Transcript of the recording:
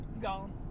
gone